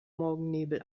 morgennebel